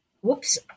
whoops